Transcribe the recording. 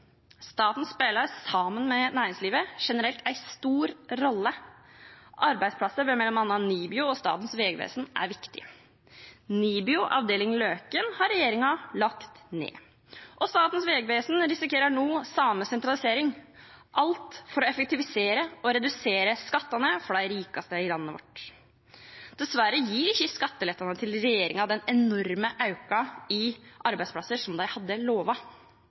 Staten spiller sammen med næringslivet generelt en stor rolle. Arbeidsplasser ved bl.a. NIBIO og Statens vegvesen er viktige. NIBIO avdeling Løken har regjeringen lagt ned, og Statens vegvesen risikerer nå samme sentralisering – alt for å effektivisere og redusere skattene for de rikeste i landet vårt. Dessverre gir ikke skattelettene til regjeringen den enorme økningen i arbeidsplasser som de hadde